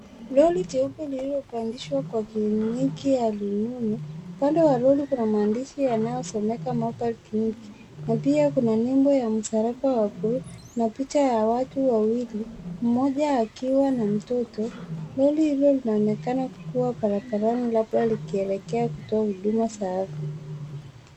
Lori jeupe lililopandishwa kwa kliniki ya rununu. Upande wa lori kuna maandishi yanayosomeka mobile clinic na pia kuna nebo ya msalaba wa buluu na picha ya watu wawili. mmoja akiwa na mtoto. Lori hilo linaonekana kuwa barabarani labda likielekea kutoa huduma za afya.